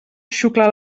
xucla